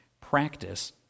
Practice